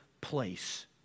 place